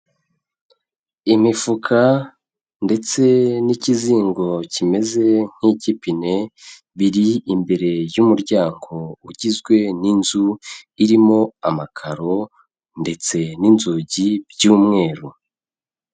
Imifuka ndetse n'ikizingo kimeze nk'ipine biri imbere y'umuryango ugizwe n'inzu irimo amakaro ndetse n'inzugi by'umweru.